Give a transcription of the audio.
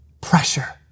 pressure